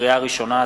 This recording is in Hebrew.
לקריאה ראשונה,